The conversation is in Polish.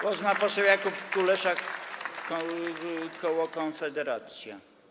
Głos ma poseł Jakub Kulesza, koło Konfederacja.